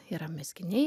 yra mezginiai